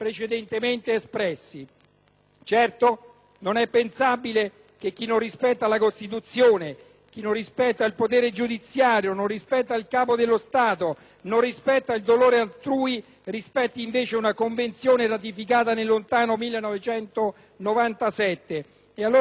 Certo, non è pensabile che chi non rispetta la Costituzione, non rispetta il potere giudiziario, non rispetta il Capo dello Stato, non rispetta il dolore altrui, rispetti invece una Convenzione ratificata nel lontano 1997. Come cattolico mi rammarico allora